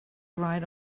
right